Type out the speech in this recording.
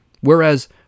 Whereas